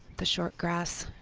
the short grass.